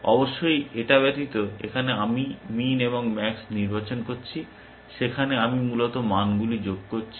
অবশ্যই এটা ব্যতীত এখানে আমি মিন এবং ম্যাক্স নির্বাচন করছি সেখানে আমি মূলত মানগুলি যোগ করছি